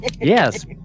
Yes